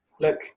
Look